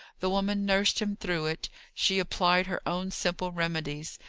the woman nursed him through it she applied her own simple remedies.